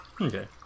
Okay